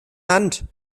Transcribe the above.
hand